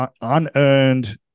unearned